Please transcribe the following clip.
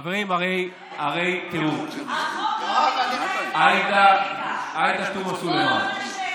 עופר כסיף, חברים, הרי תראו, עאידה תומא סלימאן,